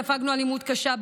ספגנו אלימות קשה,